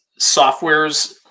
softwares